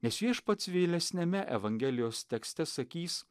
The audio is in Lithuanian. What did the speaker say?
nes viešpats vėlesniame evangelijos tekste sakys